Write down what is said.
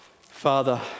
Father